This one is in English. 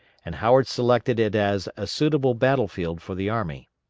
and howard selected it as a suitable battle-field for the army.